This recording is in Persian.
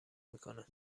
میکنه